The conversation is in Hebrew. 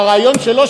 הרעיון שלו,